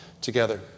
together